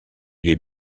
les